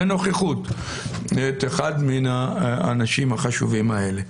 את אחד מן האנשים החשובים האלה.